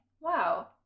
Wow